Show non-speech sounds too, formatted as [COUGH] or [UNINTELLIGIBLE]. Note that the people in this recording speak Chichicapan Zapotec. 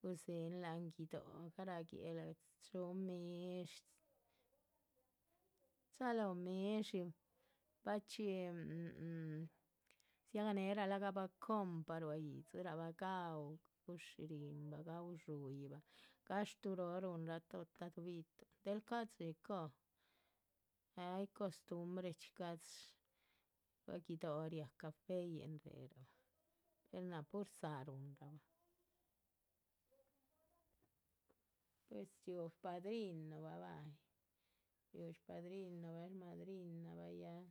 gudzéhen láhan guido´, garáh guéhla chúhu midshí, chalóho midshí bachxí dziganehera lacgahbah compa ruá yíhdzirabah, gaú, gushírihinrabah, gaú dshúyibah, gashtuhu tóho ruhunra toptaduh bi´tuhn, ca´dxi có, ay costumbrechxí ca´dxi, ruá guido´ riáha cafeyin réhe rahbah, per náha pur záa ruhunrabah, per riú padrinu. [UNINTELLIGIBLE] riú shpadrinubah, shmadrinabah ya.